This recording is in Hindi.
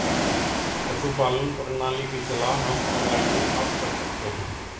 पशुपालन प्रणाली की सलाह हम ऑनलाइन भी प्राप्त कर सकते हैं